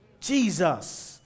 Jesus